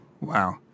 Wow